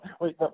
Wait